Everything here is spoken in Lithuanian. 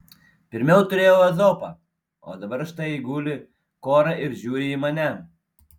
pirmiau turėjau ezopą o dabar štai guli kora ir žiūri į mane